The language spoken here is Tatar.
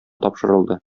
тапшырылды